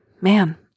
Man